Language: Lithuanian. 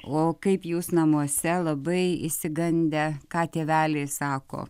o kaip jūs namuose labai išsigandę ką tėveliai sako